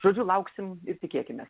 žodžiu lauksim ir tikėkime